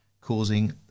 causing